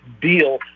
deal